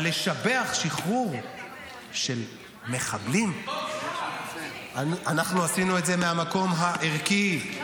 אבל לשבח שחרור של מחבלים ------ אנחנו עשינו את זה מהמקום הערכי,